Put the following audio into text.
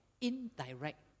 indirect